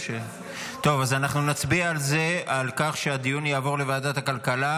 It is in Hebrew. אז נצביע על כך שהדיון יעבור לוועדת הכלכלה.